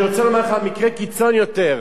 אני רוצה לומר לך מקרה קיצון יותר.